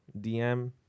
dm